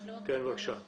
בבקשה.